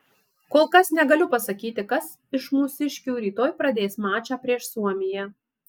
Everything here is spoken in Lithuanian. kol kas negaliu pasakyti kas iš mūsiškių rytoj pradės mačą prieš suomiją